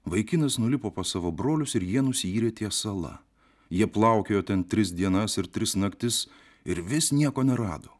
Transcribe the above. vaikinas nulipo pas savo brolius ir jie nusiyrė ties sala jie plaukiojo ten tris dienas ir tris naktis ir vis nieko nerado